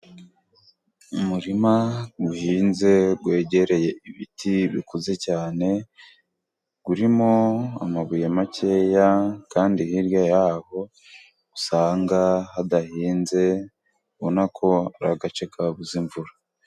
Imurima uhinze wegereye ibiti bikuze cyane urimo amabuye makeya, kandi hirya yaho usanga hadahinze ubonanako ari agace kabuze imvura.